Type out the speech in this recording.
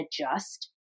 adjust